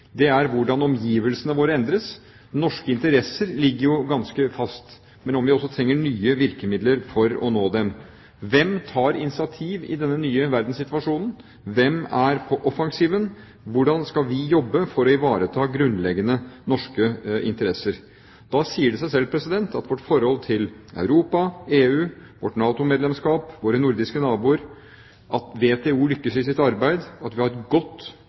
er hvordan omgivelsene våre endres – norske interesser ligger jo ganske fast – og om vi også trenger nye virkemidler. Hvem tar initiativ i denne nye verdenssituasjonen? Hvem er på offensiven? Hvordan skal vi jobbe for å ivareta grunnleggende norske interesser? Da sier det seg selv at vårt forhold til Europa, EU, vårt NATO-medlemskap og våre nordiske naboer, at WTO lykkes i sitt arbeid, at vi har et godt